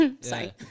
Sorry